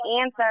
answer